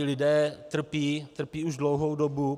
Lidé trpí, trpí už dlouhou dobu.